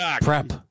Prep